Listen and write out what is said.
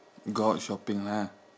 go out shopping lah